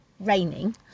raining